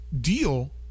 deal